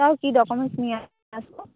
তাও কি ডকুমেন্ট নিয়ে আসবো